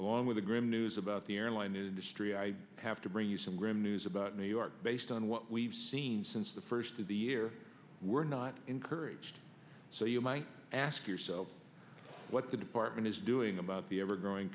along with the grim news about the airline industry i have to bring you some grim news about new york based on what we've seen since the first of the year we're not encouraged so you might ask yourself what the department is doing about the ever growing